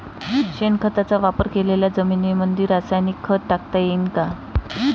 शेणखताचा वापर केलेल्या जमीनीमंदी रासायनिक खत टाकता येईन का?